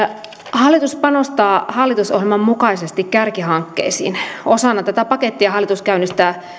hallitus panostaa hallitusohjelman mukaisesti kärkihankkeisiin osana tätä pakettia hallitus käynnistää